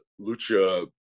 Lucha